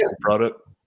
product